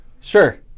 Sure